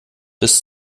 bis